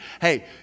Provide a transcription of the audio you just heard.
hey